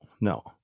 no